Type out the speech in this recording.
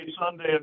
Sunday